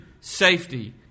safety